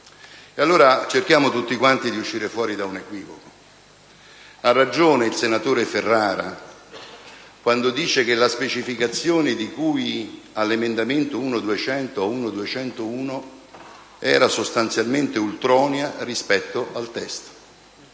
allora tutti quanti di uscire fuori da un equivoco. Ha ragione il senatore Ferrara, quando dice che la specificazione di cui agli emendamenti 1.200 e 1.201 era sostanzialmente ultronea rispetto al testo,